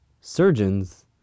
surgeons